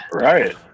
Right